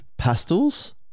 Pastels